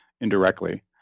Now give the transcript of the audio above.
indirectly